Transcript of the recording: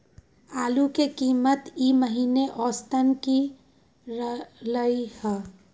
आलू के कीमत ई महिना औसत की रहलई ह?